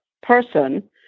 person